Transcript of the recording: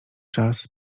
czas